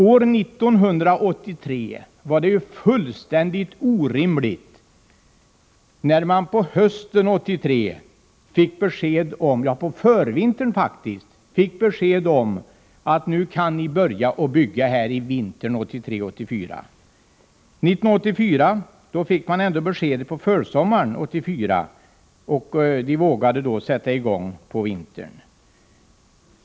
År 1983 var det fullständigt orimligt, eftersom man då på förvintern fick besked om att man kunde börja bygga vintern 1983-1984. År 1984 fick man ändå besked på försommaren, och man vågade sätta i gång på vintern.